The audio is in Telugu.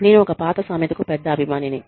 నేను ఒక పాత సామెతకు పెద్ద అభిమానిని